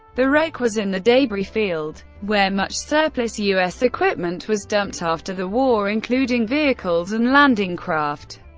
the wreck was in the debris field where much surplus u s. equipment was dumped after the war, including vehicles and landing craft.